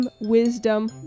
Wisdom